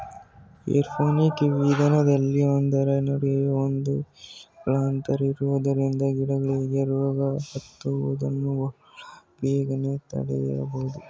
aeroponic ವಿಧಾನದಲ್ಲಿ ಒಂದರ ನಡುವೆ ಒಂದು ಸಸಿಗಳ ಅಂತರ ಇರುವುದರಿಂದ ಗಿಡಗಳಿಗೆ ರೋಗ ಹತ್ತುವುದನ್ನು ಬಹಳ ಬೇಗನೆ ತಡೆಯಬೋದು